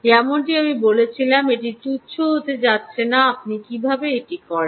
যেমনটি আমি বলেছিলাম এটি তুচ্ছ হতে যাচ্ছে না আপনি কীভাবে এটি করেন